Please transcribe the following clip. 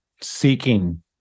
seeking